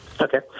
Okay